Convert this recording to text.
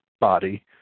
body